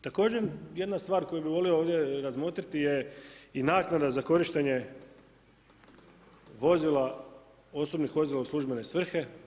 Također jedna stvar koju bih volio ovdje razmotriti je i naknada za korištenje osobnih vozila u službene svrhe.